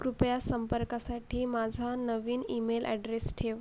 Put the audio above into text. कृपया संपर्कासाठी माझा नवीन ईमेल अॅड्रेस ठेव